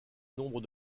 nombre